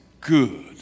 good